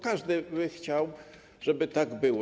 Każdy by chciał, żeby tak było.